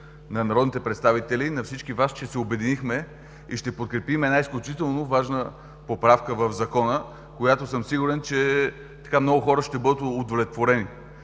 на народните представители, на всички Вас, че се обединихме и ще подкрепим една изключително важна поправка в Закона, с която съм сигурен, че много хора ще бъдат удовлетворени.